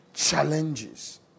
Challenges